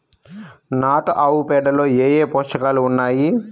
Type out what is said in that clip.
నాటు ఆవుపేడలో ఏ ఏ పోషకాలు ఉన్నాయి?